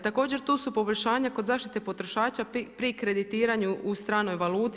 Također tu su poboljšanja kod zaštite potrošača pri kreditiranju u stranoj valuti.